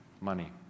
money